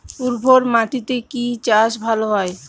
উর্বর মাটিতে কি চাষ ভালো হয়?